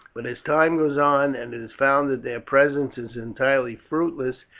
but as time goes on, and it is found that their presence is entirely fruitless,